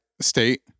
state